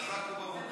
חזק וברוך.